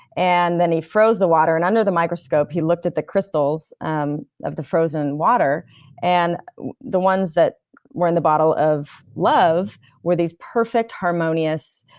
and then he froze the water and under the microscope he looked at the crystals um of the frozen water and the ones that were in the bottle of love were these perfect, harmonious